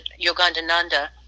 Yogandananda